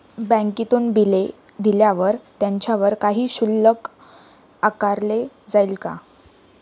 बँकेतून बिले दिल्यावर त्याच्यावर काही शुल्क आकारले जाईल का?